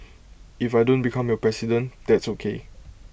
if I don't become your president that's O K